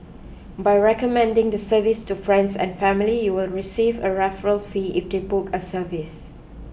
by recommending the service to friends and family you will receive a referral fee if they book a service